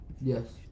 Yes